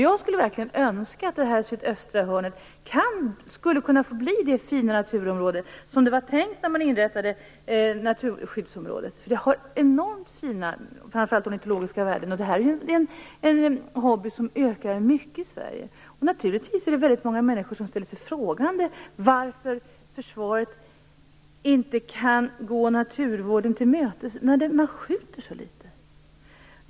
Jag skulle verkligen önska att det sydöstra hörnet skulle kunna få bli det fina naturområde som var tänkt när man inrättade naturskyddsområdet. Det har enormt fina ekologiska värden framför allt, och det här är en hobby som ökar mycket i Sverige. Naturligtvis ställer sig väldigt många människor frågande till varför försvaret inte kan gå naturvården till mötes, när man skjuter så litet.